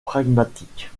pragmatique